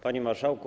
Panie Marszałku!